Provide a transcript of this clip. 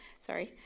sorry